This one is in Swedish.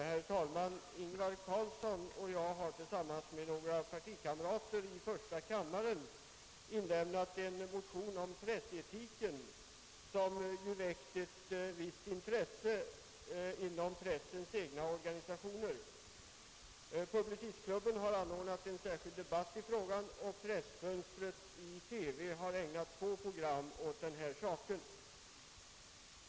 Herr talman! Herr Carlsson i Tyresö och jag har tillsammans med några partikamrater i första kammaren inlämnat ett motionspar om pressetiken, som ju väckt ett visst intresse inom pressens egna organisationer. Publicistklubben har anordnat en särskild debatt i frågan, och Pressfönstret i TV har ägnat frågan två program.